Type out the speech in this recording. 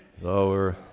Lower